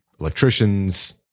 electricians